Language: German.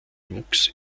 wuchs